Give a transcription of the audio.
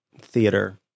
theater